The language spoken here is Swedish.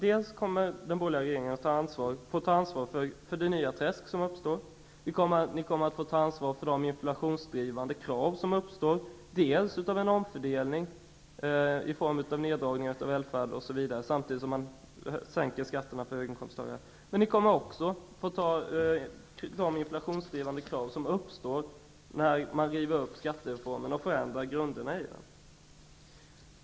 Den borgerliga regeringen kommer att få ta ansvar för det nya träsk som uppstår. Ni kommer att få ta ansvar för de inflationsdrivande krav som uppstår på grund av omfördelningen i form av neddragning av välfärden samtidigt som skatterna sänks för höginkomsttagare. Ni kommer också att få ta ansvar för de inflationsdrivande krav som uppstår när man river upp skattereformen och förändrar grunderna i den.